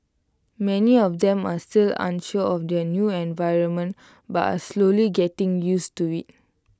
many of them are still unsure of their new environment but are slowly getting used to IT